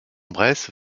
bresse